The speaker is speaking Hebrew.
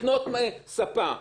הוא נטען בין אם יש חשבון בנק,